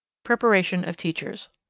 preparation of teachers.